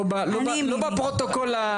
לא בפרוטוקול.